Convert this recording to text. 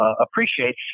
appreciate